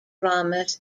dramas